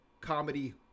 comedy